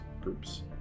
groups